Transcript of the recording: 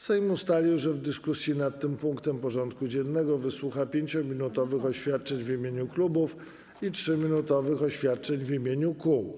Sejm ustalił, że w dyskusji nad tym punktem porządku dziennego wysłucha 5-minutowych oświadczeń w imieniu klubów i 3-minutowych oświadczeń w imieniu kół.